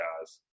guys